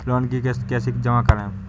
Loan की किश्त कैसे जमा करें?